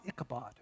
Ichabod